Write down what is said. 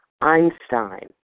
Einstein